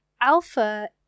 Alpha